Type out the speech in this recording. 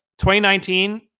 2019